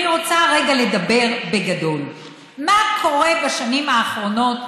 אני רוצה רגע לדבר בגדול: מה קורה בשנים האחרונות,